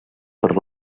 per